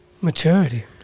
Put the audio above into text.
Maturity